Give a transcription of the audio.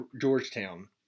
Georgetown